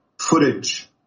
footage